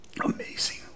Amazing